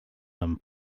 them